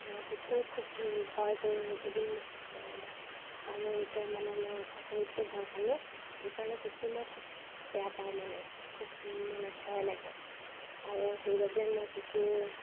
কুকুৰ খুব ভয় কৰোঁ এদিন কামুৰোতে মানে মই আচৰিতকৈ ভয় খালোঁ সেইকাৰণে কুকুৰ মই খুব বেয়া পাওঁ মানে খুব মানে ভয় লাগে আৰু সেইবাবে মই কুকুৰ